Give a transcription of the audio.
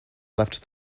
left